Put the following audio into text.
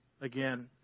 Again